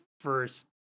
first